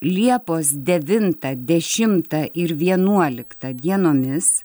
liepos devintą dešimtą ir vienuoliktą dienomis